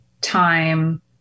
time